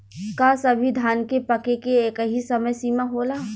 का सभी धान के पके के एकही समय सीमा होला?